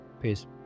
peace